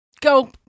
go